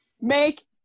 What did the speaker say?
Make